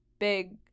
big